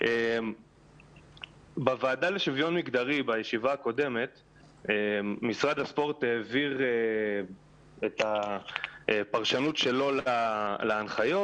של הוועדה לשוויון מגדרי משרד הספורט העביר את הפרשנות שלו להנחיות,